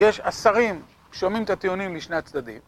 יש עשרים שומעים את הטיעונים לשני הצדדים.